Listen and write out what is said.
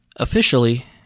Officially